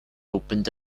opened